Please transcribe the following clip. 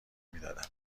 میدادم